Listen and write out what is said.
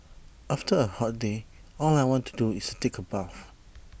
after A hot day all I want to do is take A bath